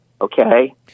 okay